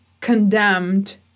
condemned